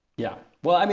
yeah, well, i mean